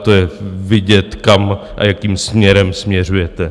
To je vidět, kam a jakým směrem směřujete.